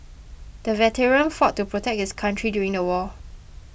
the veteran fought to protect his country during the war